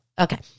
okay